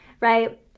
Right